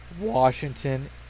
Washington